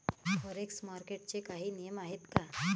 Forex मार्केटचे काही नियम आहेत का?